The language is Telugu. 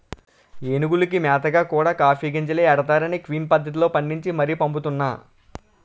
ఏనుగులకి మేతగా కూడా కాఫీ గింజలే ఎడతన్నారనీ క్విన్ పద్దతిలో పండించి మరీ పంపుతున్నా